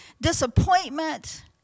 disappointment